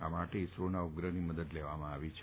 આ માટે ઈસરોના ઉપગ્રહની મદદ લેવામાં આવી છે